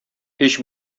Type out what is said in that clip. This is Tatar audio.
һич